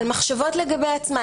על מחשבות לגבי עצמה,